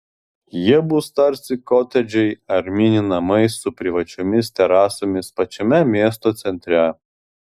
jie bus tarsi kotedžai ar mini namai su privačiomis terasomis pačiame miesto centre